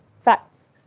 facts